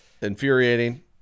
Infuriating